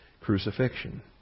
crucifixion